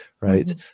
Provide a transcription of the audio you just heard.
right